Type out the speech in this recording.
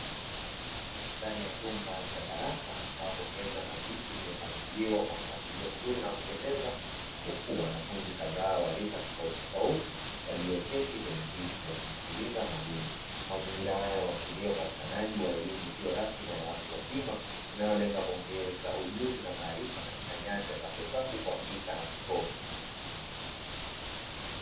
Ndani ya chumba cha darasa, ambapo meza na viti vimepangiliwa kwa mpangilio mzuri na kupendeza, huku wanafunzi kadhaa wa rika tofautitofauti, walioketi kwenye viti wakimsikiliza mwalimu. Mazingira haya huashiria upatikanaji wa elimu isiyo rasmi na ya watu wazima, inayolenga kuongeza ujuzi na maarifa katika nyanja za kuhesabu, kuandika na kusoma.